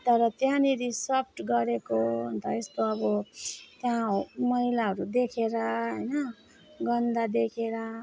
तर त्यहाँनेरि सर्भ गरेको अन्त यस्तो अब त्यहाँ मैलाहरू देखेर होइन गन्दा देखेर